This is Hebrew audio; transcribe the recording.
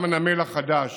גם הנמל החדש